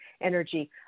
energy